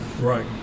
Right